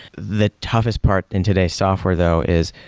the toughest part in today's software though is,